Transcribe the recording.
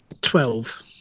Twelve